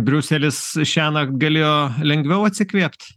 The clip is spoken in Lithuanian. briuselis šiąnakt galėjo lengviau atsikvėpt